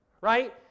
Right